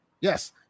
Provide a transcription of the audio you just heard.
Yes